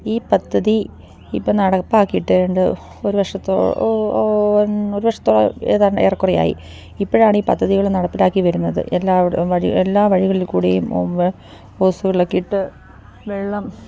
ഈ പദ്ധതി ഇപ്പോള് നടപ്പാക്കിയിട്ട് ഏതാണ്ട് ഒരു വർഷത്തോളം ഏതാണ്ട് ഏറെക്കുറേയായി ഇപ്പോഴാണ് ഈ പദ്ധതികള് നടപ്പിലാക്കിവരുന്നത് എല്ലാ വഴികളില് കൂടെയും ഹോസുകളൊക്കെയിട്ട് വെള്ളം